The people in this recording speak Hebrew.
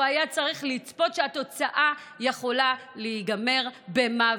הוא היה צריך לצפות שהתוצאה יכולה להיגמר במוות.